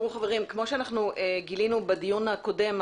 כפי שגילינו בדיון הקודם,